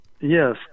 Yes